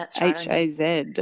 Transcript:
H-A-Z